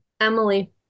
Emily